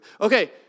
Okay